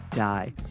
die.